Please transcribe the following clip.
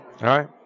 right